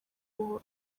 buhoro